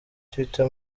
twitter